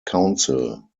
council